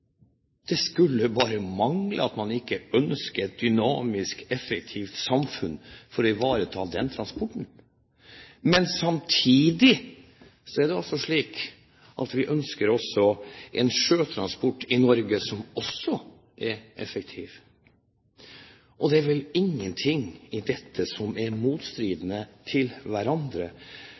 Det skulle bare mangle at man ikke ønsker et dynamisk, effektivt samfunn for å ivareta den transporten. Men samtidig er det altså slik at vi ønsker en sjøtransport i Norge som også er effektiv. Det er vel ingenting i dette som står i motstrid til hverandre.